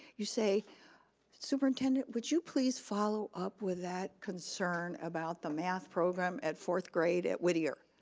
you say superintendent, would you please follow up with that concern about the math program at fourth grade at whittier?